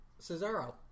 Cesaro